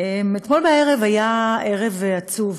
אתמול בערב היה ערב עצוב,